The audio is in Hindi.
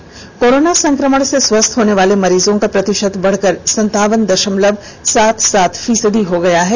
राज्य में कोरोना संक्रमण से स्वस्थ होनेवाले मरीजों का प्रतिषत बढकर संतावन दषमलव सात सात फीसदी हो गया है